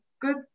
good